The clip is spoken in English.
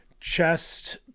chest